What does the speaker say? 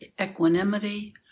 equanimity